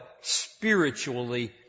spiritually